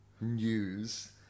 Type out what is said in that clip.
news